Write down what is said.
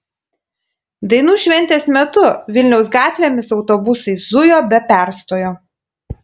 dainų šventės metu vilniaus gatvėmis autobusai zujo be perstojo